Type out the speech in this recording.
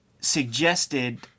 suggested